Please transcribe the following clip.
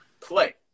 play